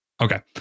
okay